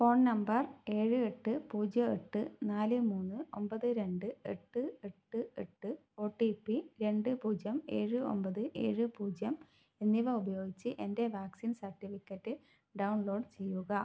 phone number ഏഴ് എട്ട് പൂജ്യം എട്ട് നാല് മൂന്ന് ഒമ്പത് രണ്ട് എട്ട് എട്ട് എട്ട് ഒ ടി പി രണ്ട് പൂജ്യം ഏഴ് ഒമ്പത് ഏഴ് പൂജ്യം എന്നിവ ഉപയോഗിച്ച് എൻ്റെ വാക്സിൻ സർട്ടിഫിക്കറ്റ് ഡൗൺലോഡ് ചെയ്യുക